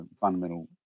fundamental